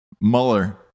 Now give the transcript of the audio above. Mueller